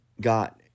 got